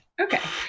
Okay